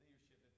leadership